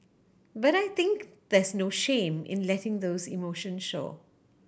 but I think there's no shame in letting those emotions show